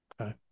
Okay